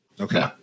Okay